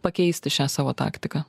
pakeisti šią savo taktiką